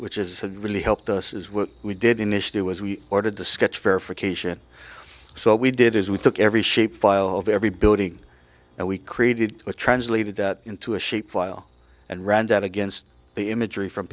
which is really helped us is what we did initially was we ordered the sketch verification so we did is we took every shape file of every building and we created a translated that into a shape file and ran that against the imagery from